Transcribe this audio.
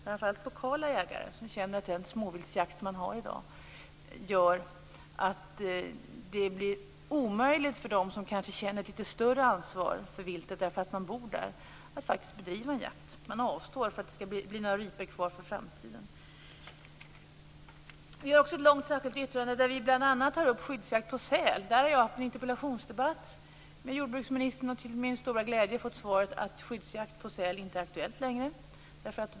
Framför allt lokala jägare känner att den småviltsjakt som finns i dag gör det omöjligt att bedriva jakt för dem som känner ett litet större ansvar för viltet eftersom de bor där. De avstår för att det skall finnas några ripor kvar i framtiden. Vi har också ett långt särskilt yttrande där vi bl.a. tar upp skyddsjakt på säl. Om det har jag haft en interpellationsdebatt med jordbruksministern och till min stora glädje fått svaret att skyddsjakt på säl inte är aktuell längre.